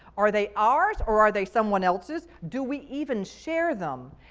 are they ours or are they someone else's? do we even share them?